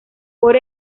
por